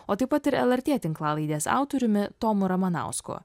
o taip pat ir lrt tinklalaidės autoriumi tomu ramanausku